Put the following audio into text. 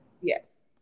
Yes